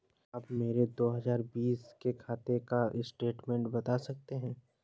क्या आप मेरे दो हजार बीस साल के खाते का बैंक स्टेटमेंट बता सकते हैं?